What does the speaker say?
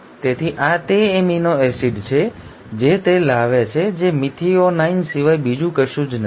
તેથી આ તે એમિનો એસિડ છે જે તે લાવે છે જે મેથિઓનાઇન સિવાય બીજું કશું જ નથી